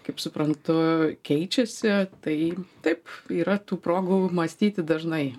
kaip suprantu keičiasi tai taip yra tų progų mąstyti dažnai